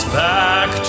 back